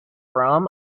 from